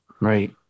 right